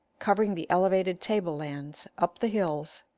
covering the elevated table-lands, up the hills,